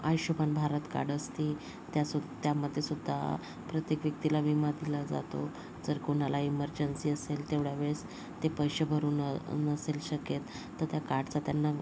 Ayushman Bharat card असते त्यासु त्यामध्ये सुद्धा प्रत्येक व्यक्तीला विमा दिला जातो जर कोणाला इमर्जन्सी असेल तेवढ्या वेळेस ते पैसे भरून नसेल शक्य तर त्या कार्डचा त्यांना